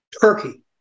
Turkey